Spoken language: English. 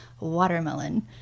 watermelon